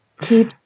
Keep